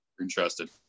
Interested